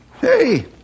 Hey